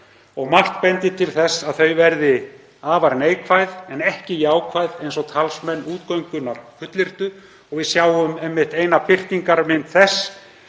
og margt bendir til þess að þau verði afar neikvæð en ekki jákvæð eins og talsmenn útgöngunnar fullyrtu og við sjáum einmitt eina birtingarmynd þess